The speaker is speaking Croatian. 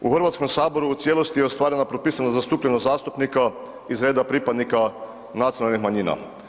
U Hrvatskom saboru u cijelosti je ostvarena propisana zastupljenost zastupnika iz reda pripadnika nacionalnih manjina.